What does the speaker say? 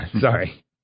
sorry